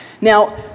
Now